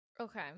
okay